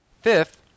Fifth